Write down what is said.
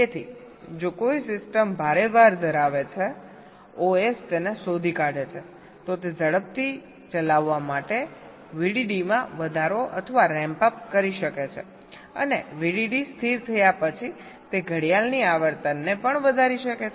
તેથી જો કોઈ સિસ્ટમ ભારે ભાર ધરાવે છે ઓએસ તેને શોધી કાઢે છે તો તે ઝડપથી ચલાવવા માટે VDD માં વધારો અથવા રેમ્પ અપ કરી શકે છે અને VDD સ્થિર થયા પછી તે ઘડિયાળની આવર્તનને પણ વધારી શકે છે